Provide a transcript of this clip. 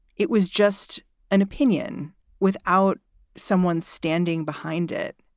it was just an opinion without someone standing behind it.